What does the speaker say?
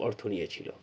অর্থ নিয়েছিল